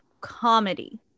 comedy